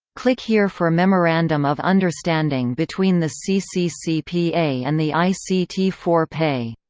click here for memorandum of understanding between the cccpa and the i c t four p